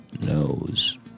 knows